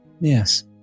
Yes